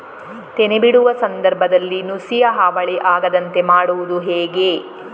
ತೆನೆ ಬಿಡುವ ಸಂದರ್ಭದಲ್ಲಿ ನುಸಿಯ ಹಾವಳಿ ಆಗದಂತೆ ಮಾಡುವುದು ಹೇಗೆ?